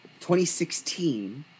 2016